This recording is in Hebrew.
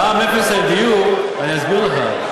מע"מ אפס על דיור, אני אסביר לך.